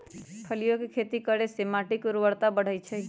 फलियों के खेती करे से माटी के ऊर्वरता बढ़ई छई